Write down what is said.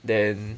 then